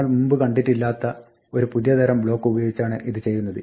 നമ്മൾ മുമ്പ് കണ്ടിട്ടില്ലാത്ത ഒരു പുതിയ തരം ബ്ലോക്ക് ഉപയോഗിച്ചാണ് ഇത് ചെയ്യുന്നത്